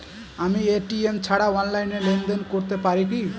আমি এ.টি.এম ছাড়া অনলাইনে লেনদেন করতে পারি কি?